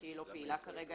זה מתקן מחזור.